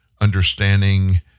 understanding